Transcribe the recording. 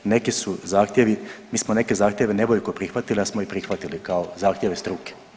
Neki su zahtjevi, mi smo neke zahtjeve nevoljko prihvatili, ali smo ih prihvatili kao zahtjeve stuke.